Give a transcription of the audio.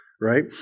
right